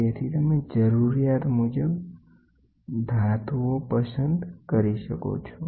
તેથી તમે જરૂરિયાત મુજબ ધાતુઓ પસંદ કરી શકો છો